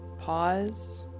pause